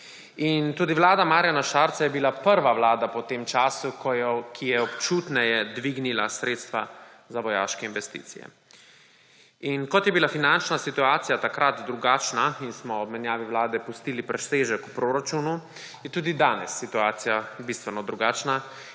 Vlada Marjana Šarca je bila prva vlada po tem času, ki je občutneje dvignila sredstva za vojaške investicije. In kot je bila finančna situacija takrat drugačna in smo ob menjavi vlade pustili presežek v proračunu, je tudi danes situacija bistveno drugačna